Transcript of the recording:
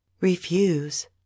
Refuse